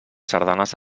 sardanes